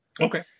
Okay